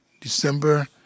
December